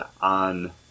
on